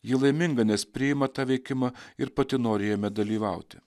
ji laiminga nes priima tą veikimą ir pati nori jame dalyvauti